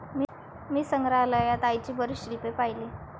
मी संग्रहालयात आईची बरीच शिल्पे पाहिली